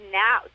now